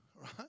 right